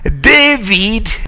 David